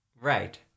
Right